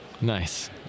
Nice